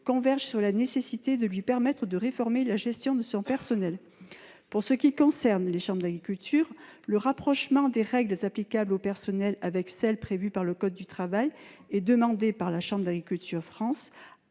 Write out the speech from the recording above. convergent sur la nécessité de lui permettre de réformer la gestion de son personnel. Pour ce qui concerne les chambres d'agriculture, le rapprochement des règles applicables aux personnels avec celles que prévoit le code du travail est demandé par Chambres d'agriculture France,